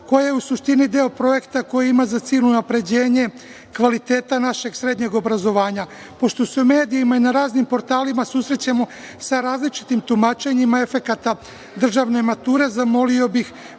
koja je u suštini deo projekta koji ima za cilj unapređenje kvaliteta našeg srednjeg obrazovanja. Pošto se na medijima i na raznim portalima susrećemo sa različitim tumačenjima efekata državne mature, zamolio bih